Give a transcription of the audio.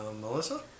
Melissa